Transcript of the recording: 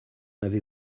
avait